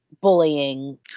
bullying